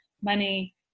money